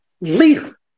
leader